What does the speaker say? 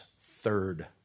third